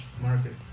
market